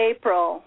April